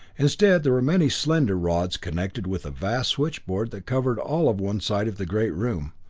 instead, there were many slender rods connected with a vast switchboard that covered all of one side of the great room.